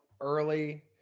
early